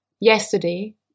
Yesterday